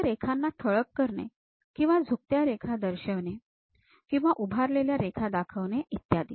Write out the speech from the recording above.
जसे रेखाना ठळक करणे किंवा झुकत्या रेखा दर्शविणे किंवा उभारलेल्या रेखा दाखविणे इत्यादी